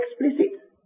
explicit